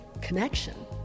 connection